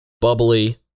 Bubbly